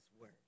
word